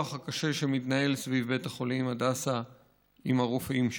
הקשה שמתנהל סביב בית החולים הדסה עם הרופאים שם.